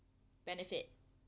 benefit